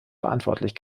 verantwortlich